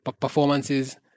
performances